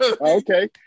Okay